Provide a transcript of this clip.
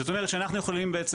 זאת אומרת שאנחנו יכולים בעצם,